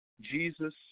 Jesus